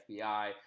FBI